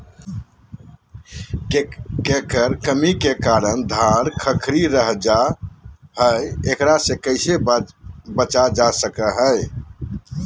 केकर कमी के कारण धान खखड़ी रहतई जा है, एकरा से कैसे बचा सको हियय?